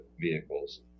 vehicles